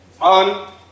on